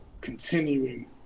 continuing